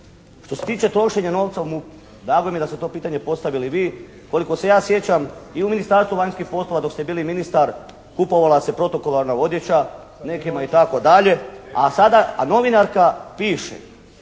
Što se tiče trošenja novca u MUP-u, drago mi je da ste to pitanje postavili vi. Koliko se ja sjećam i u Ministarstvu vanjskih poslova dok ste bili ministar kupovala se protokolarna odjeća nekima itd., a sada, a novinarka piše